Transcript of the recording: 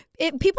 People